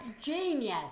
genius